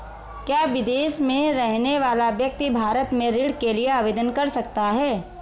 क्या विदेश में रहने वाला व्यक्ति भारत में ऋण के लिए आवेदन कर सकता है?